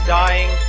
dying